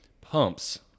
pumps